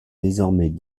désormais